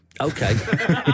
Okay